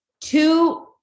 two